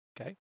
Okay